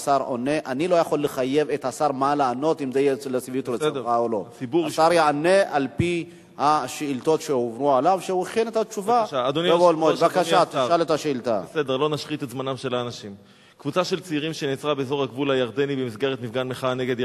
אדוני השר: 1. האם התקרית דווחה למשטרה?